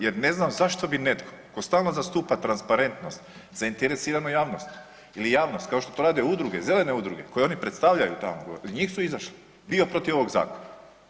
Jer ne znam zašto bi netko tko stalno zastupa transparentnost zainteresiranu javnost ili javnost kao što to rade udruge, zelene udruge koje oni predstavljaju tamo gore i njih su izašle, dio protiv ovog zakona.